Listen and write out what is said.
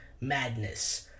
madness